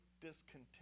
discontent